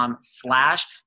slash